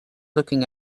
looking